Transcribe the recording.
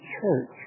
church